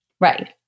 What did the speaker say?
Right